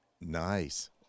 Nice